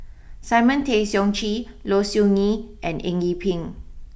Simon Tay Seong Chee Low Siew Nghee and Eng Yee Peng